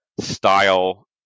style